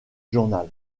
journal